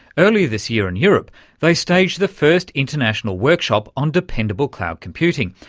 earlier this year in europe they staged the first international workshop on dependable cloud computing,